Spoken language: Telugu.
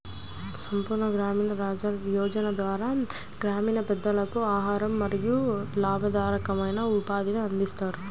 సంపూర్ణ గ్రామీణ రోజ్గార్ యోజన ద్వారా గ్రామీణ పేదలకు ఆహారం మరియు లాభదాయకమైన ఉపాధిని అందిస్తారు